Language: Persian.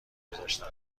گذاشتم